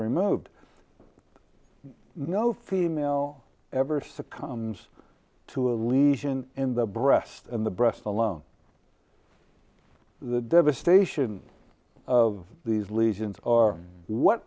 removed no female ever succumbs to a lesion in the breast and the breast alone the devastation of these lesions are what